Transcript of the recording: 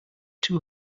too